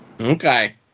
Okay